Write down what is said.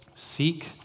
Seek